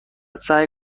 سعی